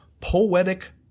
poetic